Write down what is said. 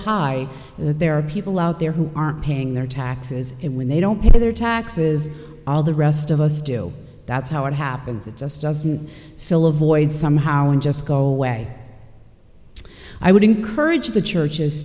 high that there are people out there who aren't paying their taxes and when they don't pay their taxes all the rest of us do that's how it happens it just doesn't fill a void somehow and just go away i would encourage the churches